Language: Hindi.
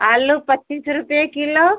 आलू पच्चीस रुपए किलो